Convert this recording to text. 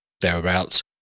thereabouts